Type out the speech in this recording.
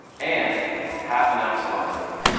and half an ounce of um amaretto.